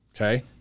Okay